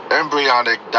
embryonic